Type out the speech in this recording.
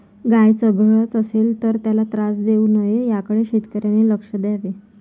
गाय चघळत असेल तर त्याला त्रास देऊ नये याकडे शेतकऱ्यांनी लक्ष द्यावे